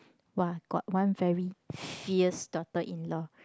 !wah! got one very fierce daughter in law